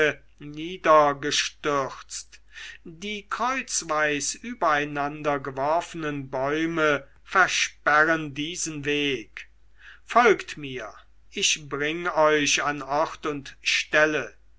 niedergestürzt die kreuzweis übereinandergeworfenen bäume versperren diesen weg folgt mir ich bring euch an ort und stelle